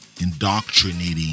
indoctrinating